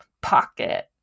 pocket